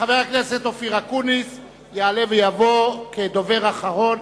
חבר הכנסת אופיר אקוניס יעלה ויבוא כדובר אחרון